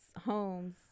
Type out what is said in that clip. homes